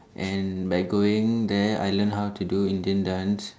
and like going there I learn how do Indian dance